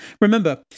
Remember